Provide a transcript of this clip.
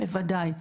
בוודאי,